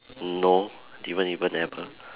no do you even ever